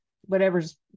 whatever's